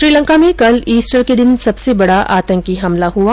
श्रीलंका में कल ईस्टर के दिन सबसे बडा आतंकी हमला हुआ